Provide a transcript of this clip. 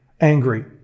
angry